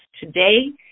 today